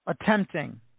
attempting